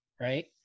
Right